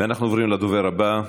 אנחנו עוברים לדובר הבא,